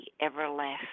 everlasting